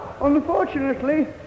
Unfortunately